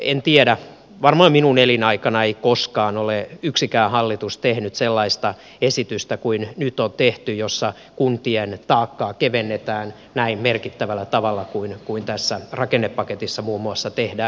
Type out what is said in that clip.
en tiedä varmaan minun elinaikanani ei yksikään hallitus ole tehnyt sellaista esitystä kuin nyt on tehty jossa kuntien taakkaa kevennetään näin merkittävällä tavalla kuin tässä rakennepaketissa muun muassa tehdään